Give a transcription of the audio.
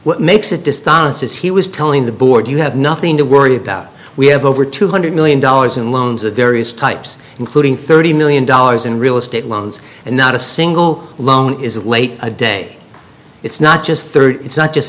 what makes it distances he was telling the board you have nothing to worry about we have over two hundred million dollars in loans of various types including thirty million dollars in real estate loans and not a single loan is late a day it's not just thirty it's not just